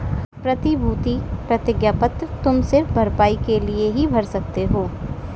प्रतिभूति प्रतिज्ञा पत्र तुम सिर्फ भरपाई के लिए ही भर सकते हो